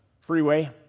freeway